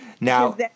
Now